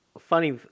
Funny